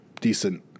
decent